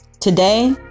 today